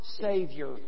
Savior